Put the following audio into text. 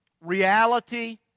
reality